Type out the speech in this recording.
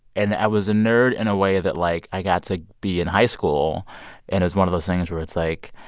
and i was a nerd in a way that, like, i got to be in high school and it was one of those things where it's like,